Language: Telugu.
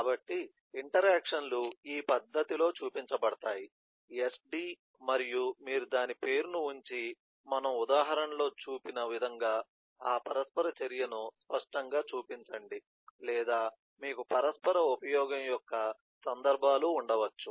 కాబట్టి ఇంటరాక్షన్ లు ఈ పద్ధతిలో చూపించబడతాయి SD మరియు మీరు దాని పేరును ఉంచి మనము ఉదాహరణలో చూపిన విధంగా ఆ పరస్పర చర్యను స్పష్టంగా చూపించండి లేదా మీకు పరస్పర ఉపయోగం యొక్క సందర్భాలు ఉండవచ్చు